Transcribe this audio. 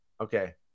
Okay